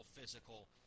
physical